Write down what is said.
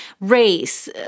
race